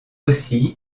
aussi